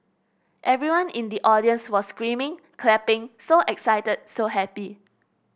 everyone in the audience was screaming clapping so excited so happy